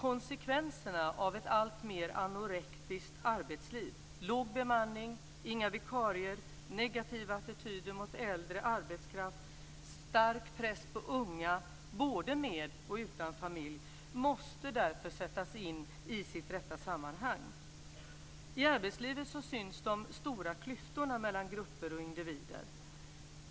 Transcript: Konsekvenserna av ett alltmer anorektiskt arbetsliv, låg bemanning, inga vikarier, negativa attityder mot äldre arbetskraft, stark press på unga både med och utan familj måste därför sättas in i sitt rätta sammanhang. I arbetslivet syns de stora klyftorna mellan grupper och individer.